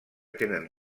tenen